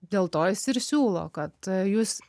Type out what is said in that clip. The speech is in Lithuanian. dėl to jis ir siūlo kad jūs